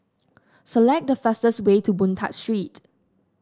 select the fastest way to Boon Tat Street